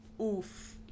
oof